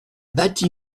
bâtie